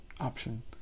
option